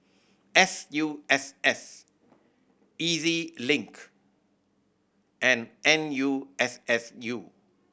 S U S S E Z Link and N U S S U